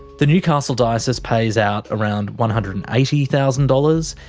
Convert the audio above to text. the newcastle diocese pays out around one hundred and eighty thousand dollars.